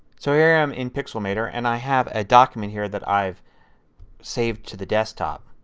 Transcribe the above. so here i am in pixelmator and i have a document here that i've saved to the desktop.